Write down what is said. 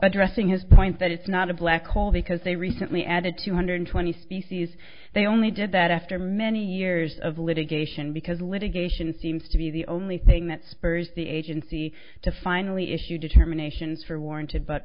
addressing his point that it's not a black hole because they recently added two hundred twenty species they only did that after many years of litigation because litigation seems to be the only thing that spurs the agency to finally issue determinations for warranted but